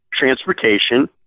transportation